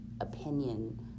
opinion